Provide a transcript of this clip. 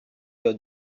your